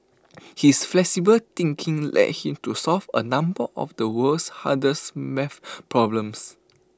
his flexible thinking led him to solve A number of the world's hardest math problems